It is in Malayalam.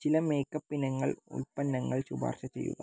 ചില മേക്കപ്പ് ഇനങ്ങൾ ഉൽപ്പന്നങ്ങൾ ശുപാർശ ചെയ്യുക